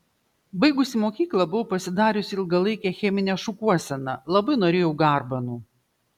baigusi mokyklą buvau pasidariusi ilgalaikę cheminę šukuoseną labai norėjau garbanų